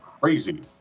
crazy